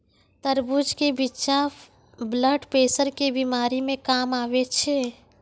तरबूज के बिच्चा ब्लड प्रेशर के बीमारी मे काम आवै छै